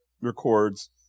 records